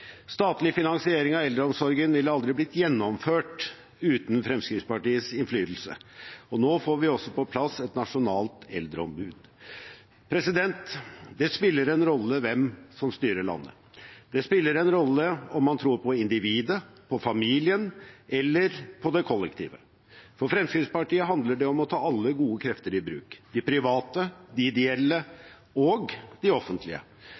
Statlig finansiering av eldreomsorgen ville aldri blitt gjennomført uten Fremskrittspartiets innflytelse, og nå får vi også på plass et nasjonalt eldreombud. Det spiller en rolle hvem som styrer landet. Det spiller en rolle om man tror på individet, på familien eller på det kollektive. For Fremskrittspartiet handler det om å ta alle gode krefter i bruk: de private, de ideelle – og de offentlige.